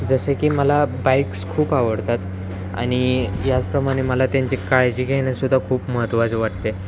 जसे की मला बाईक्स खूप आवडतात आणि याचप्रमाणे मला त्यांची काळजी घेणंसुद्धा खूप महत्त्वाचं वाटत आहे